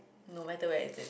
no matter where is it